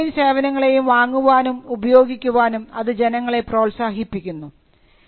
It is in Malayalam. ഉൽപ്പന്നങ്ങളേയും സേവനങ്ങളേയും വാങ്ങുവാനും ഉപയോഗിക്കുവാനും അത് ജനങ്ങളെ പ്രോത്സാഹിപ്പിക്കുന്നു